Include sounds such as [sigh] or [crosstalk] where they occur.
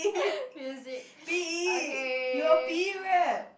[laughs] music okay